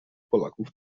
polaków